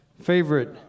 favorite